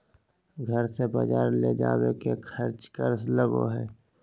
घर से बजार ले जावे के खर्चा कर लगो है?